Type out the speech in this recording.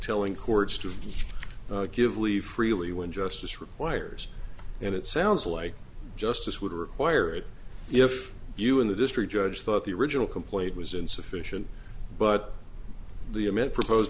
to give leave freely when justice requires and it sounds like justice would require it if you in the district judge thought the original complaint was insufficient but the amend proposed